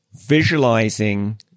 visualizing